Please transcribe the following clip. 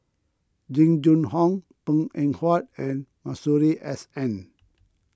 Jing Jun Hong Png Eng Huat and Masuri S N